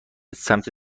سمت